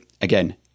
again